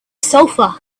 sulfur